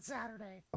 Saturday